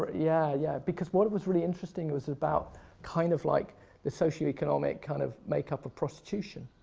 yeah, yeah. because what was really interesting was about kind of like the socioeconomic kind of makeup of prostitution,